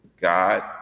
God